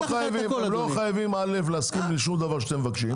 הם לא חייבים א' להסכים לשום דבר שאתם מבקשים.